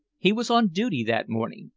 he was on duty that morning,